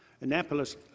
Annapolis